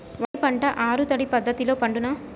వరి పంట ఆరు తడి పద్ధతిలో పండునా?